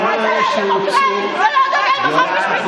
חבר הכנסת אמסלם, החוצה.